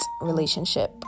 relationship